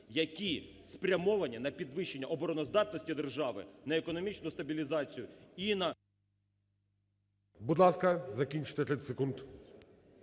які спрямовані на підвищення обороноздатності держави, на економічну стабілізацію і на… ГОЛОВУЮЧИЙ. Будь ласка, закінчуйте, 30 секунд.